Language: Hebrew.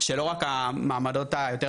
זה שלא רק המעמדות הנמוכים,